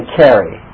carry